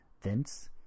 Thence